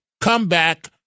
comeback